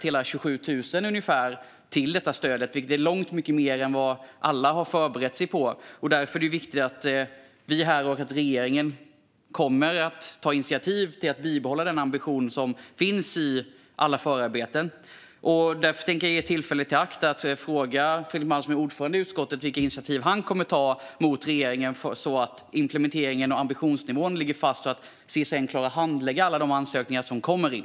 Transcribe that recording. Hela 27 000 har sökt detta stöd, vilket är långt mycket mer än vad alla har förberett sig på, och därför är det viktigt att vi här i kammaren och regeringen tar initiativ för att bibehålla den ambition som finns i alla förarbeten. Jag vill ta tillfället i akt och fråga Fredrik Malm, som är ordförande i utskottet, vilka initiativ han tänker ta gentemot regeringen så att implementeringen och ambitionsnivån ligger fast och så att CSN klarar av att handlägga alla de ansökningar som kommer in.